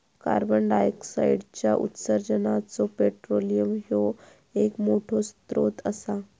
कार्बंडाईऑक्साईडच्या उत्सर्जानाचो पेट्रोलियम ह्यो एक मोठो स्त्रोत असा